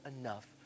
enough